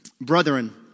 Brethren